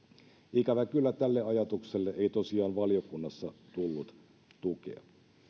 ikävä kyllä tälle ajatukselle ei tosiaan valiokunnassa tullut tukea